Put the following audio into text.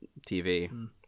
tv